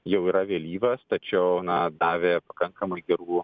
jau yra vėlyvas tačiau na davė pakankamai gerų